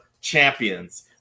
champions